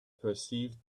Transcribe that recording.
perceived